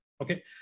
Okay